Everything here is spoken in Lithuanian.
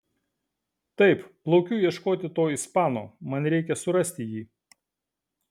taip plaukiu ieškoti to ispano man reikia surasti jį